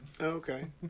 Okay